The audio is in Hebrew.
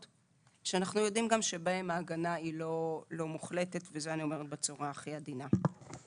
שאנו יודעים שבהן ההגנה לא מוחלטת וזה אני אומרת בצורה הכי עדינה.